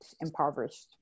impoverished